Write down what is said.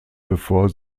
bevor